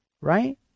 right